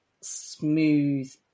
smooth